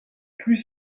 plus